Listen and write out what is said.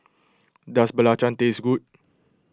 does Belacan taste good